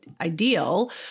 ideal